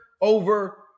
over